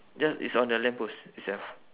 ya it's on the lamp post itself